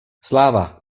sláva